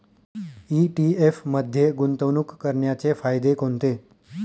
ETF मध्ये गुंतवणूक करण्याचे फायदे कोणते?